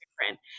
different